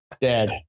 dead